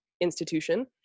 institution